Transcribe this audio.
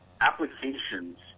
applications